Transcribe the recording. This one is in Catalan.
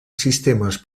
sistemes